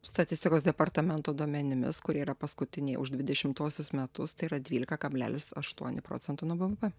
statistikos departamento duomenimis kurie yra paskutiniai už dvidešimtuosius metus tai yra dvylika kablelis aštuoni procento nuo bvp